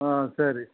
ஆ சரி